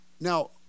Now